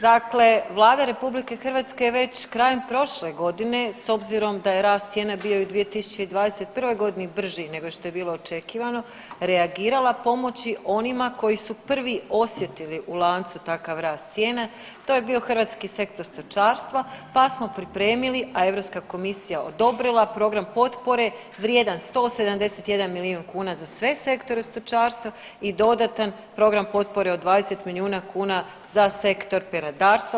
Dakle, Vlada Republike Hrvatske je već krajem prošle godine s obzirom da je rast cijena bio i u 2021. godini brži nego što je bilo očekivano reagirala pomoći onima koji su prvi osjetili u lancu takav rast cijene, to je bio hrvatski sektor stočarstva, pa smo pripremili, a Europska komisija odobrila program potpore vrijedan 171 milijun kuna za sve sektore stočarstva i dodatan program potpore od 20 milijuna kuna za sektor peradarstva.